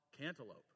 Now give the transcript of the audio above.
cantaloupe